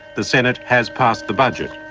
the senate has passed the budget.